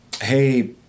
Hey